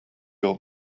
old